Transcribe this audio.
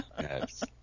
Yes